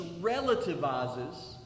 relativizes